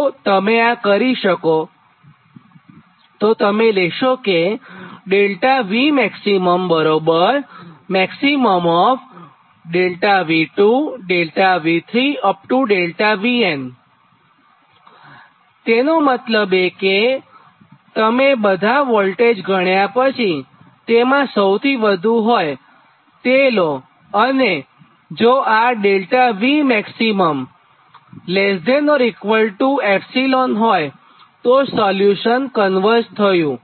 તોતમે આ કરો તો તમે લેશો કે તેનો મતલબ કેતમે આ બધાં ગણ્યા તેમાંથી સૌથી વધું હોયએ કિંમત તમે લો અને જો આ ΔVmax≤ ε હોયતો સોલ્યુશન કન્વર્જ થયું